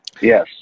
Yes